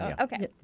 Okay